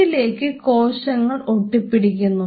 ഇതിലേക്ക് കോശങ്ങൾ ഒട്ടിപ്പിടിക്കുന്നു